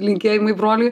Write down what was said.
linkėjimai broliui